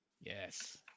Yes